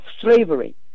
slavery